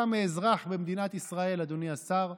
הליכי אכיפה אלה מתמקדים,